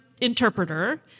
interpreter